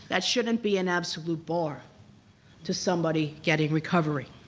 that shouldn't be an absolute bar to somebody getting recovery.